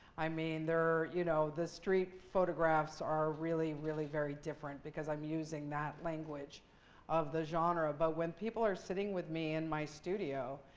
i mean, you know the street photographs are really, really very different because i'm using that language of the genre. but when people are sitting with me in my studio,